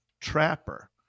trapper